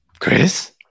Chris